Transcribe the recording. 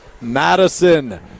Madison